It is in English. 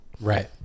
Right